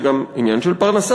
זה גם עניין של פרנסה,